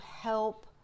help